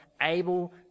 able